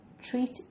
treat